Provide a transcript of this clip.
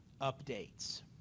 updates